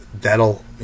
that'll